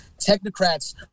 Technocrats